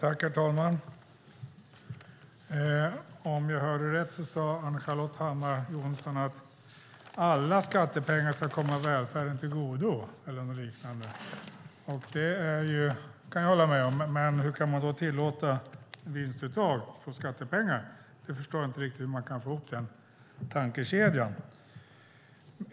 Herr talman! Om jag hörde rätt sade Ann-Charlotte Hammar Johnsson att alla skattepengar ska komma välfärden till godo, eller något liknande. Det kan jag hålla med om. Men hur kan man då tillåta vinstuttag av skattepengar? Jag förstår inte hur man kan få ihop den tankekedjan.